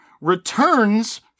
returns